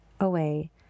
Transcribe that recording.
away